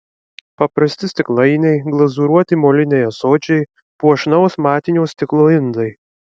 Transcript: paprasti stiklainiai glazūruoti moliniai ąsočiai puošnaus matinio stiklo indai